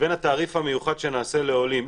לבין התעריף המיוחד שנעשה לעולים,